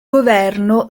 governo